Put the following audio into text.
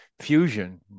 fusion